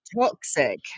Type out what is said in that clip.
toxic